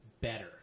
better